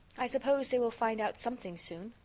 i suppose they will find out something soon,